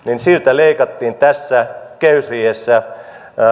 leikattiin tässä kehysriihessä vuoden